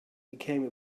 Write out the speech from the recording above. became